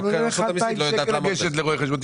עולה 2,000 שקלים לגשת לרואה חשבון.